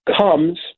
comes